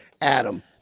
adam